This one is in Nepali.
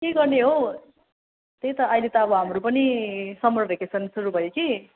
के गर्ने हो त्यही त अहिले त अब हाम्रो पनि समर भेकेसन सुरु भयो कि